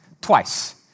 twice